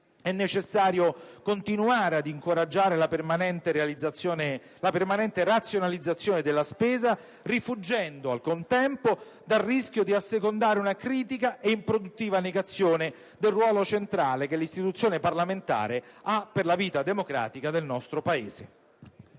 È necessario continuare ad incoraggiare la permanente razionalizzazione della spesa, rifuggendo al contempo dal rischio di assecondare una critica ed improduttiva negazione del ruolo centrale che l'Istituzione parlamentare ha per la vita democratica del nostro Paese.